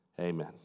amen